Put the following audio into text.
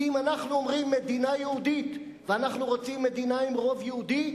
כי אם אנחנו אומרים מדינה יהודית ואנחנו רוצים מדינה עם רוב יהודי,